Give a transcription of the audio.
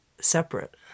separate